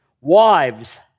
Wives